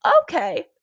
okay